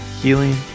healing